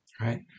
right